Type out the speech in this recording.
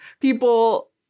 people